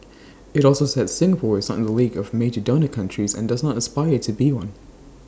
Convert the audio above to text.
IT also said Singapore is not in the league of major donor countries and does not aspire to be one